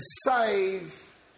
save